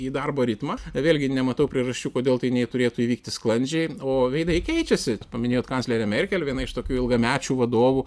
į darbo ritmą vėlgi nematau priežasčių kodėl tai neturėtų įvykti sklandžiai o veidai keičiasi paminėjot kanclerę merkel viena iš tokių ilgamečių vadovų